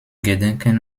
gedenken